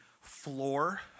floor